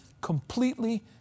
completely